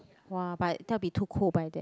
!wah! but that will be too cold by then